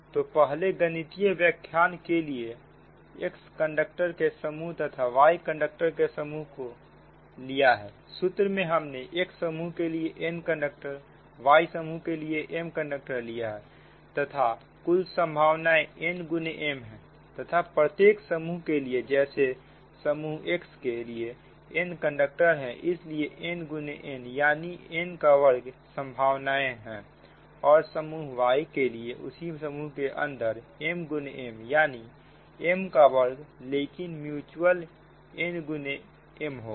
तो पहले गणितीय व्याख्यान के लिए x कंडक्टर के समूह तथा y कंडक्टर के समूह को लिया है सूत्र में हमने x समूह के लिए n कंडक्टर y समूह के लिए m कंडक्टर लिया है तथा कुल संभावना n गुने m है तथा प्रत्येक समूह के लिए जैसे समूह x के लिए n कंडक्टर है इसलिए n गुने n यानी n का वर्ग संभावनाएं और समूह y के लिए इसी समूह के अंदर m गुने m यानी m का वर्ग लेकिन म्यूच्यूअल n गुने m होगा